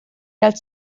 dal